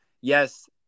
Yes